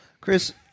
Chris